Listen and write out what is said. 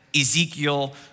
Ezekiel